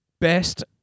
best